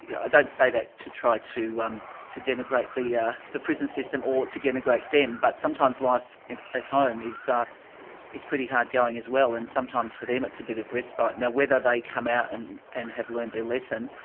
yeah i don't say that to try to um to denigrate the yeah the prison system, or to denigrate them, but sometimes life at home is ah is pretty hard going as well, and sometimes for them it's a bit of respite. now whether they come out and and have learned their lesson